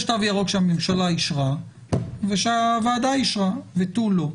יש תו ירוק שהממשלה אישרה ושהוועדה אישרה ותו לא.